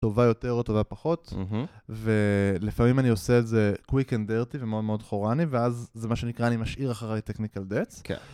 טובה יותר או טובה פחות, ולפעמים אני עושה את זה quick and dirty ומאוד מאוד חורני, ואז זה מה שנקרא, אני משאיר אחרי technical debts.